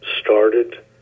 started